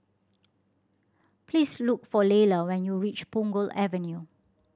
please look for Laylah when you reach Punggol Avenue